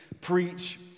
preach